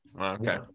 Okay